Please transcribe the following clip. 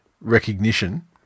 recognition